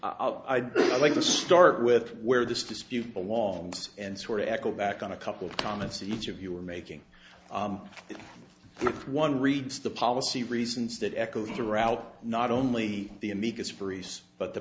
i'd like to start with where this dispute belongs and sort of echo back on a couple of comments each of you are making if one reads the policy reasons that echoed throughout not only the amicus briefs but the